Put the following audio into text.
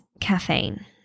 caffeine